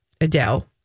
Adele